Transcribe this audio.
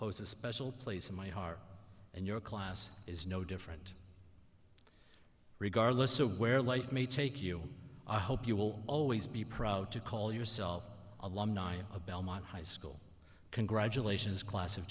a special place in my heart and your class is no different regardless of where life may take you i hope you will always be proud to call yourself a long nine belmont high school congratulations class of